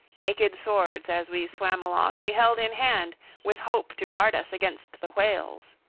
naked swords, as we swam along, we held in hand, with hope to guard us against the whales.